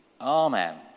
Amen